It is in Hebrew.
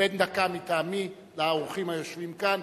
נאום בן דקה מטעמי לאורחים היושבים כאן,